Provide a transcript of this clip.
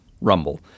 Rumble